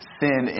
sin